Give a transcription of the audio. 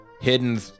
hidden